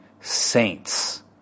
saints